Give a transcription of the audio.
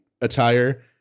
attire